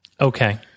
Okay